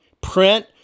print